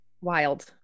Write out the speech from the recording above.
wild